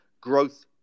growth